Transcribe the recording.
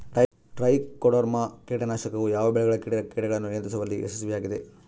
Trichoderma ಕೇಟನಾಶಕವು ಯಾವ ಬೆಳೆಗಳ ಕೇಟಗಳನ್ನು ನಿಯಂತ್ರಿಸುವಲ್ಲಿ ಯಶಸ್ವಿಯಾಗಿದೆ?